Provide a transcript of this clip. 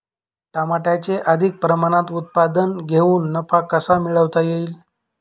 टमाट्याचे अधिक प्रमाणात उत्पादन घेऊन नफा कसा मिळवता येईल?